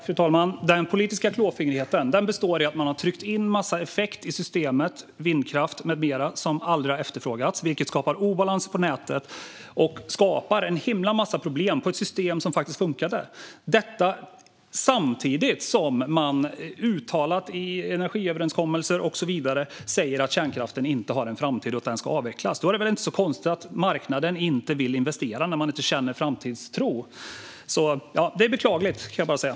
Fru talman! Den politiska klåfingrigheten består i att man har tryckt in en massa effekt i systemet i form av vindkraft med mera som aldrig har efterfrågats, vilket skapar obalans på nätet och en himla massa problem i ett system som faktiskt funkade. Detta har man gjort samtidigt som man i energiöverenskommelser och annat uttryckligen säger att kärnkraften inte har en framtid utan ska avvecklas. Då är det väl inte så konstigt att marknaden inte vill investera? Man känner inte framtidstro. Det är beklagligt, kan jag bara säga.